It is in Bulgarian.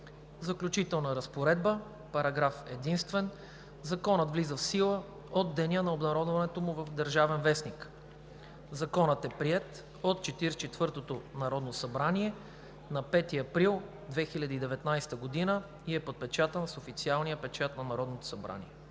Заключителна разпоредба Параграф единствен. Законът влиза в сила от деня на обнародването му в „Държавен вестник“. Законът е приет от 44-ото народно събрание на 5 април 2019 г. и е подпечатан с официалния печат на Народното събрание.“